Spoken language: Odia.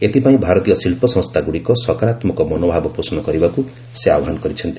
ଏଥିପାଇଁ ଭାରତୀୟ ଶିଳ୍ପସଂସ୍ଥାଗୁଡ଼ିକ ସକାରାତ୍ମକ ମନୋଭାବ ପୋଷଣ କରିବାକୁ ସେ ଆହ୍ପାନ କରିଛନ୍ତି